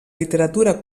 literatura